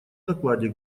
докладе